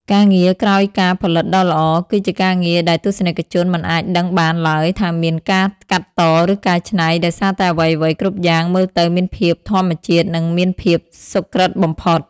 ការងារក្រោយការផលិតដ៏ល្អ គឺជាការងារដែលទស្សនិកជនមិនអាចដឹងបានឡើយថាមានការកាត់ត ឬកែច្នៃ ដោយសារតែអ្វីៗគ្រប់យ៉ាងមើលទៅមានភាពធម្មជាតិ និងមានភាពសុក្រឹតបំផុត។